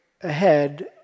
ahead